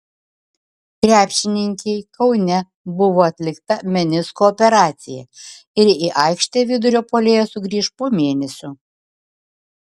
krepšininkei kaune buvo atlikta menisko operacija ir į aikštę vidurio puolėja sugrįš po mėnesio